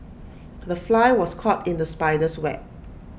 the fly was caught in the spider's web